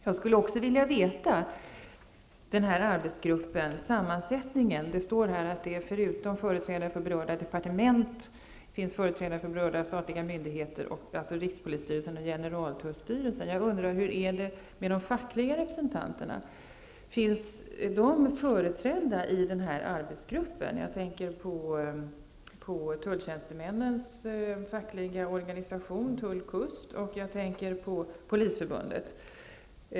Jag skulle också vilja veta vilken sammansättning arbetsgruppen kommer att få. Det står att det kommer att finnas ''förutom företrädare för berörda departement företrädare för de berörda statliga myndigheterna bl.a. rikspolisstyrelsen och generaltullstyrelsen''. Hur är det med de fackliga representanterna? Kommer de att vara företrädda i den här arbetsgruppen? Jag tänker då på tulltjänstemännens fackliga organisation, Tullkust, och på Polisförbundet.